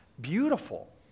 beautiful